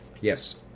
Yes